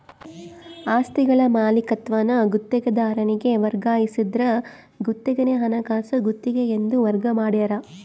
ಆಸ್ತಿಗಳ ಮಾಲೀಕತ್ವಾನ ಗುತ್ತಿಗೆದಾರನಿಗೆ ವರ್ಗಾಯಿಸಿದ್ರ ಗುತ್ತಿಗೆನ ಹಣಕಾಸು ಗುತ್ತಿಗೆ ಎಂದು ವರ್ಗ ಮಾಡ್ಯಾರ